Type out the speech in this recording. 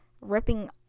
ripping